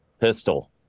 Pistol